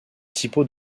thibaut